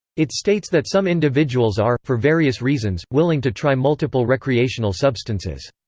it states that some individuals are, for various reasons, willing to try multiple recreational substances.